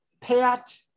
Pat